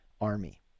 army